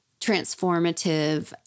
transformative